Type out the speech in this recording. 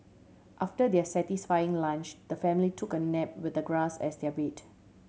after their satisfying lunch the family took a nap with the grass as their bed